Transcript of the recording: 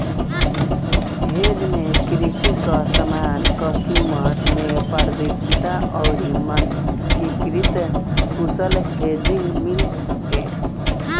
hedge में कृषि कअ समान कअ कीमत में पारदर्शिता अउरी मानकीकृत कुशल हेजिंग मिल सके